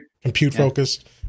compute-focused